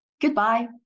Goodbye